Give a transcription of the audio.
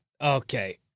Okay